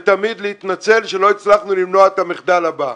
ותמיד להתנצל שלא הצלחנו למנוע את המחדל הבא.